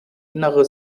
innere